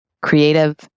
creative